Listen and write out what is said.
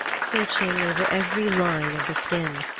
searching over every line of the skin.